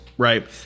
Right